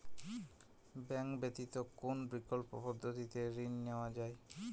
Bank ব্যতিত কোন বিকল্প পদ্ধতিতে ঋণ নেওয়া যায়?